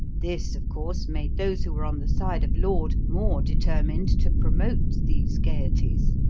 this, of course, made those who were on the side of laud more determined to promote these gayeties.